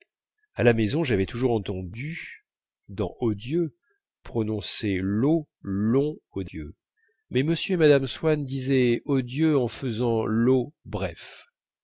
à la maison j'avais toujours entendu dans odieux prononcer l'o long audieux mais m et mme swann disaient odieux en faisant l'o bref